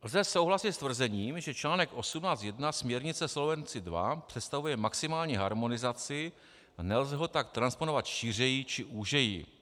Lze souhlasit s tvrzením, že článek 18(1) směrnice Solvency II představuje maximální harmonizaci a nelze ho tak transponovat šířeji či úžeji.